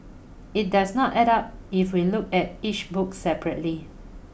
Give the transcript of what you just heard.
it does not add up if we look at each book separately